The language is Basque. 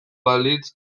balitz